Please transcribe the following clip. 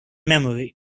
memory